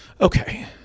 Okay